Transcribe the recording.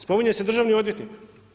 Spominje se državni odvjetnik.